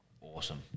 awesome